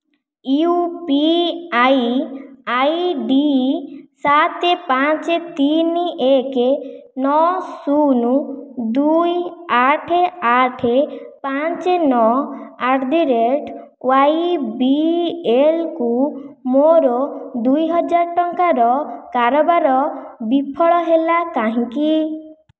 you P I I D ସାତ ପାଞ୍ଚ ତିନି ଏକ ନଅ ଶୂନ ଦୁଇ ଆଠ ଆଠ ପାଞ୍ଚ ନଅ at the rate Y B L କୁ ମୋର ଦୁଇହଜାର ଟଙ୍କାର କାରବାର ବିଫଳ ହେଲା କାହିଁକି